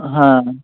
হ্যাঁ